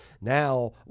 Now